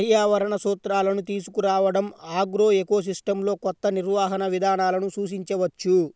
పర్యావరణ సూత్రాలను తీసుకురావడంఆగ్రోఎకోసిస్టమ్లోకొత్త నిర్వహణ విధానాలను సూచించవచ్చు